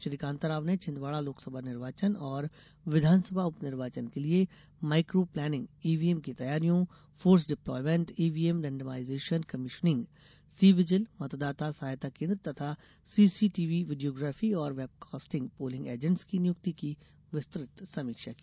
श्री कान्ताराव ने छिन्दवाड़ा लोकसभा निर्वाचन और विधानसभा उप निर्वाचन के लिये माइक्रो प्लानिंग ईव्हीएम की तैयारियों force deployment EVM randomization commissioning C vigil मतदाता सहायता केन्द्र तथा सीसीटीवी वीडियोग्राफी और वेबकास्टिग पोलिंग एजेन्ट्स की नियुक्ति की विस्तृत समीक्षा की